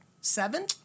Seven